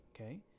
Okay